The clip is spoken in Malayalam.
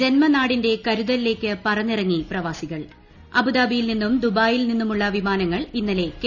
ജന്മനാടിന്റെ കരുതലിലേക്ക് പറന്നൂറങ്ങി പ്രവാസികൾ അബുദാബിയിൽ നിന്നും ദൂബായിൽ നിന്നുമുള്ള വിമാനങ്ങൾ ഇന്നലെ കേരളത്തിലെത്തി